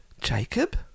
Jacob